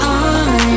on